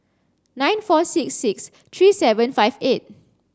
nine four six six three seven five eight